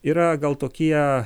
yra gal tokie